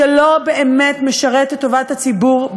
שלא באמת משרת את טובת הציבור,